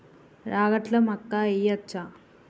రాగట్ల మక్కా వెయ్యచ్చా?